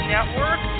Network